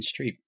Streep